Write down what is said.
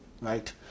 right